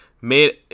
made